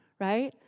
right